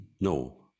no